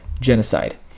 Genocide